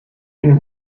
une